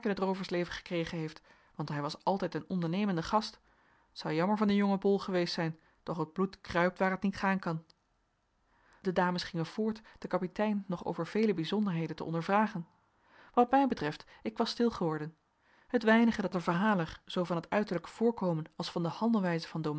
t rooversleven gekregen heeft want hij was altijd een ondernemende gast t zou jammer van den jongen bol geweest zijn doch het bloed kruipt waar t niet gaan kan de dames gingen voort den kapitein nog over vele bijzonderheden te ondervragen wat mij betreft ik was stil geworden het weinige dat de verhaler zoo van het uiterlijke voorkomen als van de handelwijze van